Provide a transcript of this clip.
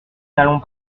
n’allons